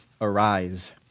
arise